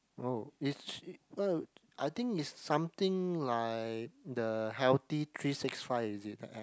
oh is oh I think is something like the healthy three six five is it the app